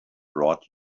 brought